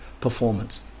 performance